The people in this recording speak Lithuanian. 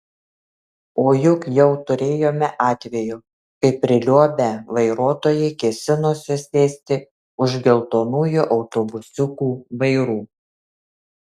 o juk jau turėjome atvejų kai priliuobę vairuotojai kėsinosi sėsti už geltonųjų autobusiukų vairų